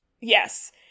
Yes